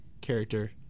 character